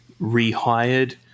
rehired